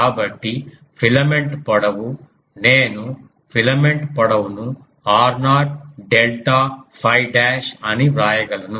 కాబట్టి ఫిలమెంట్ పొడవు నేను ఫిలమెంట్ పొడవును r0 డెల్టా 𝛟 డాష్ అని వ్రాయగలను